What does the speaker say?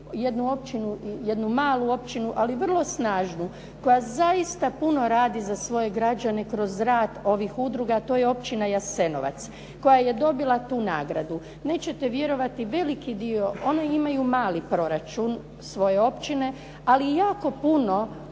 jednu malu općinu, ali vrlo snažnu, koja zaista puno radi za svoje građane kroz rad ovih udruga, to je općina Jasenovac koja je dobila tu nagradu. Nećete vjerovati veliki dio, oni imaju mali proračun svoje općine, ali jako puno